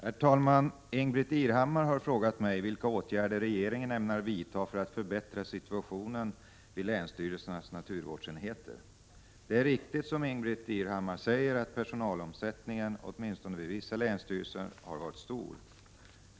Herr talman! Ingbritt Irhammar har frågat mig vilka åtgärder regeringen ämnar vidta för att förbättra situationen vid länsstyrelsernas naturvårdsenheter. Det är riktigt som Ingbritt Irhammar säger att personalomsättningen, åtminstone vid vissa länsstyrelser, har varit stor.